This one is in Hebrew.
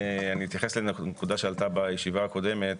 אני אתייחס לנקודה שעלתה בישיבה הקודמת,